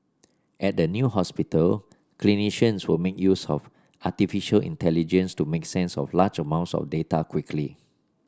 at the new hospital clinicians will make use of artificial intelligence to make sense of large amounts of data quickly